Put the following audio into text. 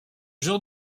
jour